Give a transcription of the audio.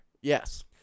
Yes